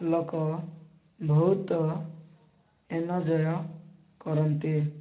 ଲୋକ ବହୁତ ଏନ୍ଜୟ କରନ୍ତି